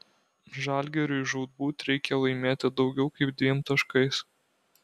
žalgiriui žūtbūt reikia laimėti daugiau kaip dviem taškais